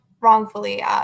wrongfully